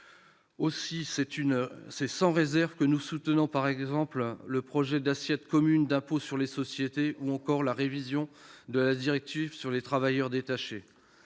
Aussi est-ce sans réserve que nous soutenons par exemple le projet d'assiette commune d'impôt sur les sociétés ou encore la révision de la directive sur les travailleurs détachés.